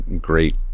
great